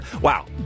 Wow